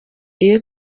iyo